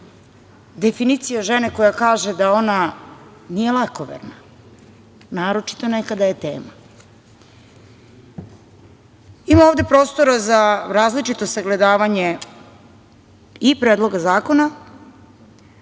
definicija žene koja kaže da ona nije lakoverna, naročito ne kada je tema. Ima ovde prostora za različito sagledavanje i Predloga zakona